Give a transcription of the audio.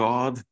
God